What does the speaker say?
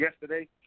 yesterday